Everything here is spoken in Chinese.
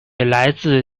来自